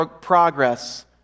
progress